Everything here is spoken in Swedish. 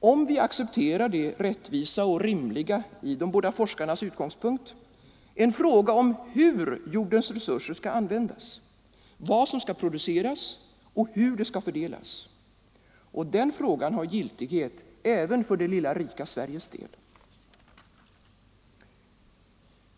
om vi accepterar det rättvisa och rimliga i de båda forskarnas utgångspunkt, en fråga om hur jordens resurser skall användas, vad som skall produceras och hur det skall fördelas, och den frågan har giltighet även för det lilla rika Sveriges del.